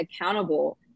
accountable